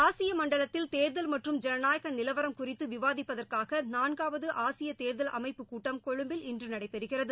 ஆசிய மண்டலத்தில் தேர்தல் மற்றும் ஜனநாயக நிலவரம் குறித்து விவாதிப்பதற்காக் நான்காவது ஆசிய தேர்தல் அமைப்பு கூட்டம் கொழும்பில் இன்று நடைபெறுகிறது